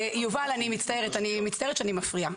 יובל אני מצטערת שאני מפריעה,